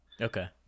okay